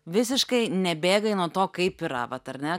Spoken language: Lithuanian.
visiškai nebėgai nuo to kaip yra vat ar ne